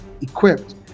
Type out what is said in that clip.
equipped